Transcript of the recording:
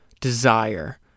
desire